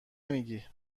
نمیگی